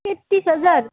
तेँत्तिस हजार